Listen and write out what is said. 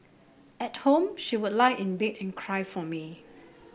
at home she would lie in bed and cry for me